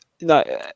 no